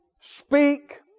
speak